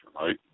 right